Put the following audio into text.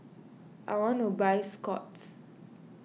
I want to buy Scott's